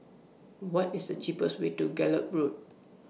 What IS The cheapest Way to Gallop Road